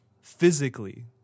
Physically